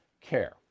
care